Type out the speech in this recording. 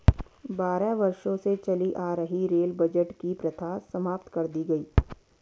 बारह वर्षों से चली आ रही रेल बजट की प्रथा समाप्त कर दी गयी